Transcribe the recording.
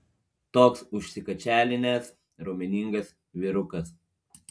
toks užsikačialinęs raumeningas vyrukas